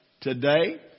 today